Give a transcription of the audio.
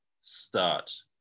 start